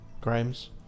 Grimes